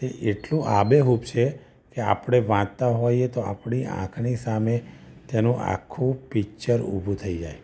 તે એટલું આબેહૂબ છે એ આપણે વાંચતા હોઈએ તો આપણી આંખની સામે તેનું આખું પિક્ચર ઉભું થઇ જાય